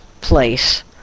place